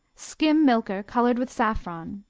skim-milker colored with saffron.